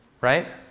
Right